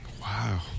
Wow